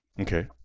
Okay